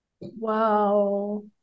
Wow